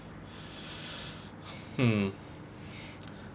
hmm